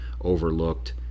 overlooked